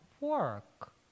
work